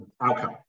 outcome